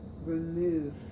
Remove